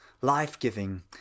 life-giving